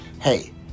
hey